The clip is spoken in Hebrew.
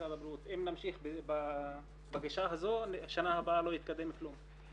אם נמשיך בגישה הזאת, בשנה הבאה לא יתקדם כלום.